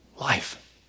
Life